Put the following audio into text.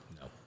no